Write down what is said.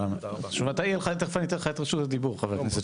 --- חבר הכנסת